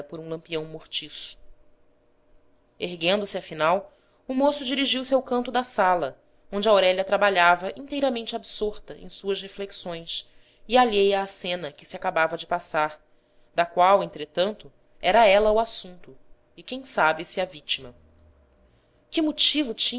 um lampião mortiço erguendo-se afinal o moço dirigiu-se ao canto da sala onde aurélia trabalhava inteiramente absorta em suas reflexões e alheia à cena que se acabava de passar da qual entretanto era ela o assunto e quem sabe se a vítima que motivo